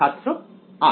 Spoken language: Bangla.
ছাত্র r